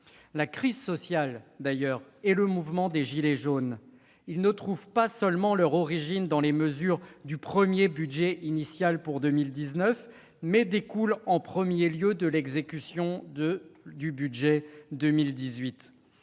La crise sociale et le mouvement des « gilets jaunes » ne trouvent pas seulement leur origine dans les mesures de votre budget initial pour 2019 ; ils découlent en premier lieu de l'exécution de votre